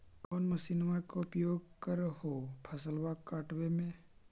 कौन मसिंनमा के उपयोग कर हो फसलबा काटबे में?